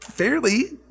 Fairly